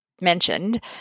mentioned